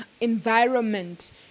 environment